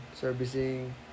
servicing